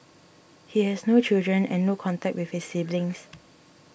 he has no children and no contact with his siblings